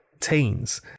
teens